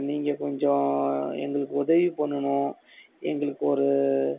நீங்கள் கொஞ்சம் எங்களுக்கு உதவி பண்ணணும் எங்களுக்கு ஒரு